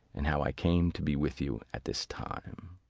and how i came to be with you at this time.